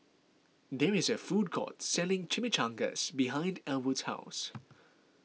there is a food court selling Chimichangas behind Elwood's house